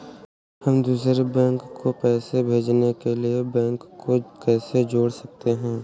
हम दूसरे बैंक को पैसे भेजने के लिए बैंक को कैसे जोड़ सकते हैं?